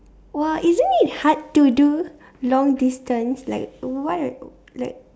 !woah! isn't it hard to do long distance like why are you like